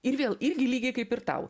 ir vėl irgi lygiai kaip ir tau